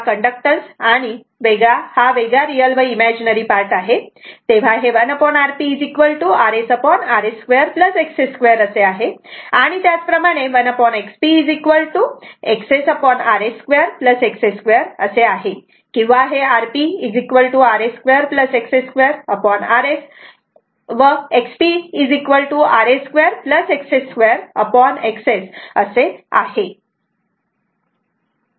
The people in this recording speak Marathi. कण्डक्टॅन्स आणि हा वेगळा रियल व इमेजनरी पार्ट आहे तेव्हा 1Rprsrs 2 XS 2 असे आहे आणि त्याच प्रमाणे 1XPXSrs 2 XS 2 असे आहे किंवा हे Rprs 2 XS 2rs XPrs 2 XS 2 XS असे आहे